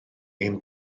ein